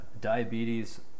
Diabetes